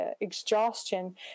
exhaustion